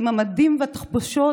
עוד עם המדים והתחבושות,